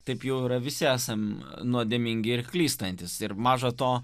taip jau yra visi esam nuodėmingi ir klystantys ir maža to